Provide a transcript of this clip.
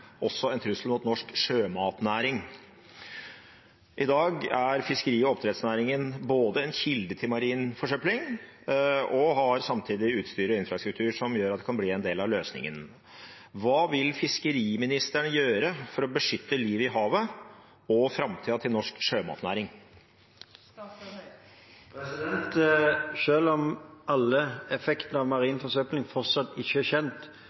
også en fundamental trussel mot norsk sjømatnæring. I dag er fiskeri- og oppdrettsnæringen en kilde til marin forsøpling. Samtidig har næringen utstyret og infrastrukturen som trengs for å bli en del av løsningen. Hva vil statsråden gjøre for å beskytte livet i havet og fremtiden til norsk sjømatnæring?» Selv om alle effektene av marin forsøpling fortsatt ikke er kjent,